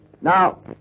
now